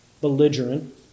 belligerent